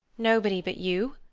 nobody but you.